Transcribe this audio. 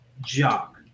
Jock